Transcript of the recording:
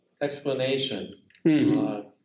explanation